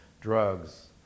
drugs